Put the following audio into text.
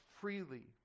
freely